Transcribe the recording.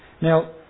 Now